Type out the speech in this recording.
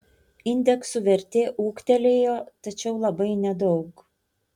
indeksų vertė ūgtelėjo tačiau labai nedaug